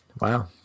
wow